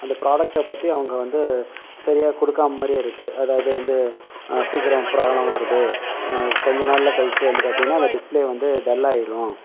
அந்த ப்ராடெக்ட்டை பற்றி அவங்க வந்து சரியா கொடுக்காத மாதிரியே இருக்குது அதாவது வந்து சீக்கிரம் பிராப்லம் வருது கொஞ்ச நாளில் கழித்து வந்து பார்த்திங்கன்னா அந்த டிஸ்பிலே வந்து டல் ஆயிடும்